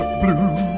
blue